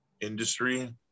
industry